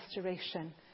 restoration